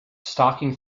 stalking